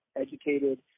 educated